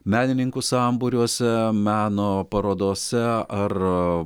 menininkų sambūriuose meno parodose ar